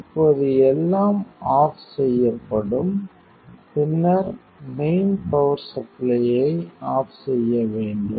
இப்போது எல்லாம் ஆஃப் செய்யப்படும் பின்னர் மெயின் பவர் சப்ளையை ஆஃப் செய்ய வேண்டும்